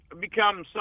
become